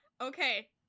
Okay